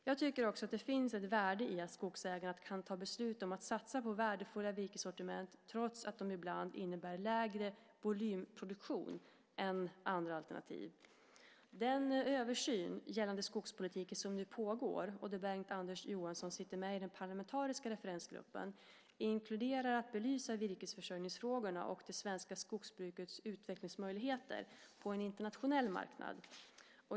Jag tycker också att det finns ett värde i att skogsägarna kan ta beslut om att satsa på värdefulla virkessortiment, trots att de ibland innebär lägre volymproduktion än andra alternativ. Den översyn av gällande skogspolitik som nu pågår, och där Bengt-Anders Johansson sitter med i den parlamentariska referensgruppen, inkluderar att belysa virkesförsörjningsfrågorna och det svenska skogsbrukets utvecklingsmöjligheter på en internationell marknad.